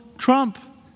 Trump